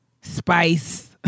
spice